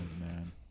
man